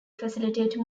facilitate